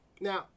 Now